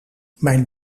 mijn